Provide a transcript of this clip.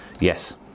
Yes